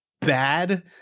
bad